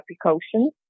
precautions